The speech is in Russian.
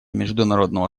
международного